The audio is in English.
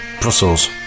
Brussels